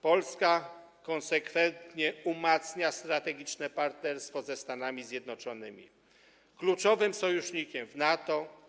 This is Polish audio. Polska konsekwentnie umacnia strategiczne partnerstwo ze Stanami Zjednoczonymi, kluczowym sojusznikiem w NATO.